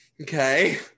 okay